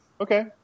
Okay